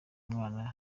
mwana